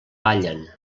ballen